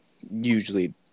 usually